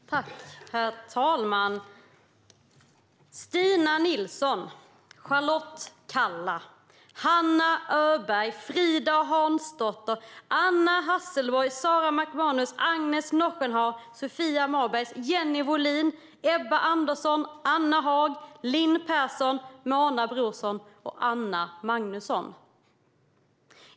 Herr talman! Stina Nilsson, Charlotte Kalla, Hanna Öberg, Frida Hansdotter, Anna Hasselborg, Sara McManus, Agnes Knochenhauer, Sofia Mabergs, Jennie Wåhlin, Ebba Andersson, Anna Haag, Linn Persson, Mona Brorsson och Anna Magnusson.